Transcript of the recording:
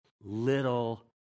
little